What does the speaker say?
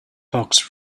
box